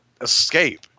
escape